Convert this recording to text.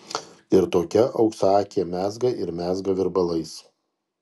ir tokia auksaakė mezga ir mezga virbalais